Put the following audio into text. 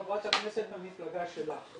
חברת הכנסת מהמפלגה שלך.